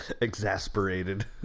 exasperated